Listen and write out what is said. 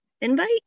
invite